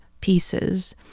pieces